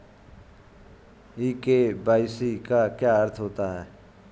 ई KYC का क्या अर्थ होता है?